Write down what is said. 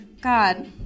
God